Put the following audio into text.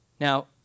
Now